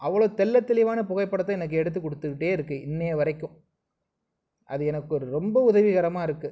அவ்வளோ தெள்ள தெளிவான புகைப்படத்தை எனக்கு எடுத்து கொடுத்துகிட்டே இருக்குது இன்றைய வரைக்கும் அது எனக்கு ரொம்ப உதவிகரமாக இருக்குது